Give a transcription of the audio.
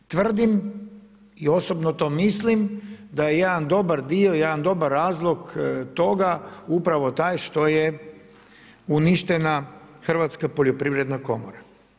Tvrdim i osobno to mislim da je jedan dobar dio, jedan dobar razlog toga upravo taj što je uništena Hrvatska poljoprivredna komora.